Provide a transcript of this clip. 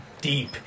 deep